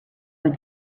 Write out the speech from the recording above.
when